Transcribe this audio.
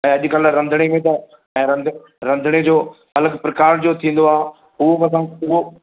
ऐं अॼुकल्ह रंधिणे में त ऐं रंधिणे रंधिणे जो अलॻि प्रकार जो थींदो आहे उहो बि असां उहो